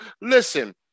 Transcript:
listen